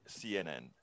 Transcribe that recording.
CNN